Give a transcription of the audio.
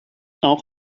auch